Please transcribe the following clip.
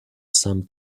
some